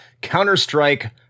Counter-Strike